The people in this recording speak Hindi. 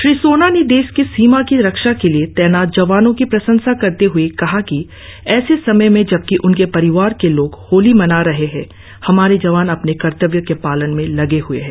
श्री सोना ने देश की सीमा की रक्षा के लिए तैनात जवानों की प्रशंसा करते हए कहा कि ऐसे समय में जब उनके परिवार के लोग होली मना रहे हैं हमारे जवान अपने कर्तव्यों के पालन में लगे हए हैं